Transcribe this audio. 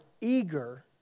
eager